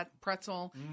pretzel